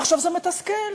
זה מתסכל.